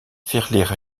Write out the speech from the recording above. verleer